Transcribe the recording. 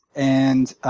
and